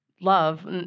love